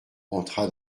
entra